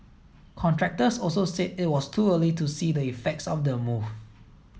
contractors also said it was too early to see the effects of the move